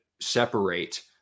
separate